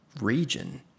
region